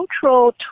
cultural